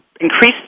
increase